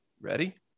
ready